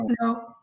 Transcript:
No